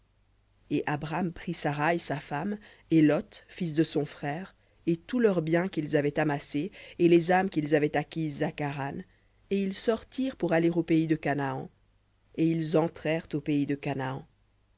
et abram prit saraï sa femme et lot fils de son frère et tout leur bien qu'ils avaient amassé et les âmes qu'ils avaient acquises à charan et ils sortirent pour aller au pays de canaan et ils entrèrent au pays de canaan